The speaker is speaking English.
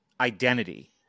identity